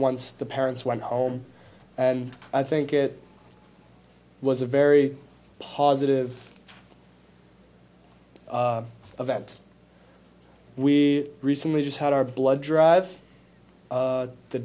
once the parents went home and i think it was a very positive event we recently just had our blood drive